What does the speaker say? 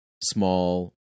small